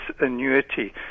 annuity